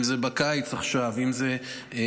אם זה בקיץ עכשיו שנכנסים,